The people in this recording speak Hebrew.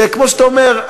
שכמו שאתה אומר,